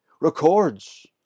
records